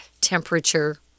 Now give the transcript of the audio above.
temperature